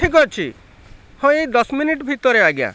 ଠିକ ଅଛି ହଁ ଏଇ ଦଶ ମିନିଟ ଭିତରେ ଆଜ୍ଞା